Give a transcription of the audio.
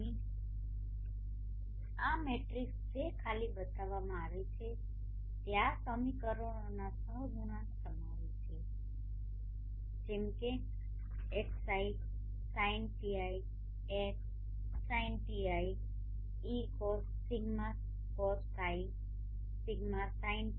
અહીં આ મેટ્રિક્સ જે ખાલી બતાવવામાં આવે છે તે આ સમીકરણોના સહગુણાંકો સમાવે છે જેમ કે xisinτixisinτi Σcosτi Σsinτi